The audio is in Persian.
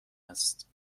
است